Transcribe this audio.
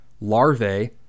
larvae